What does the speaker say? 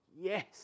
Yes